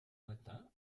matin